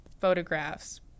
photographs